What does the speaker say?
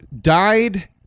died